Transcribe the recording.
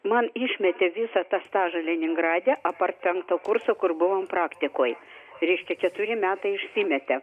man išmetė visą tą stažą leningrade apart penkto kurso kur buvom praktikoj reiškia keturi metai išsimetė